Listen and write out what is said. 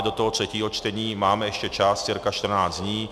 Do třetího čtení máme ještě čas, cca 14 dní.